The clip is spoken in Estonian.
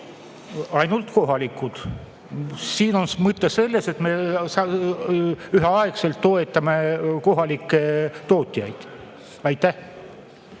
Ainult kohalikud. Mõte on selles, et me samaaegselt toetame kohalikke tootjaid. Ainult